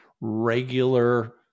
regular